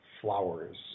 flowers